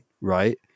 right